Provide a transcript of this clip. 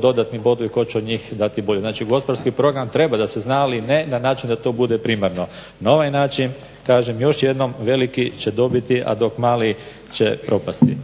dodatni bodovi tko će od njih dati bolje. Znači gospodarski program treba da se zna ali ne na način da to bude primarno. Na ovaj način kažem još jednom veliki će dobiti, a dok mali će propasti.